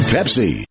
Pepsi